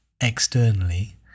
externally